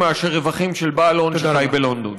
מאשר רווחים של בעל הון שחי בלונדון.